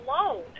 alone